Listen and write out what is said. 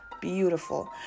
Beautiful